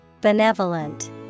Benevolent